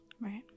Right